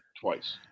twice